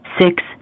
six